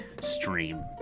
stream